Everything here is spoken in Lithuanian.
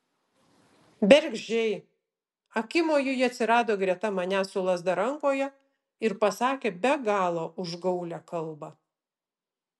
bergždžiai akimoju ji atsirado greta manęs su lazda rankoje ir pasakė be galo užgaulią kalbą